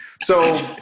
So-